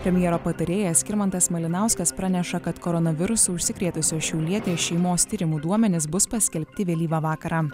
premjero patarėjas skirmantas malinauskas praneša kad koronavirusu užsikrėtusios šiaulietės šeimos tyrimų duomenys bus paskelbti vėlyvą vakarą